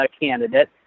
candidate